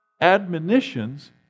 admonitions